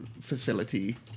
facility